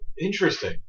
interesting